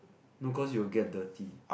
no cause you will get dirty